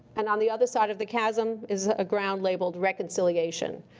and on the other side of the chasm is a ground labeled, reconciliation.